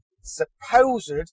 supposed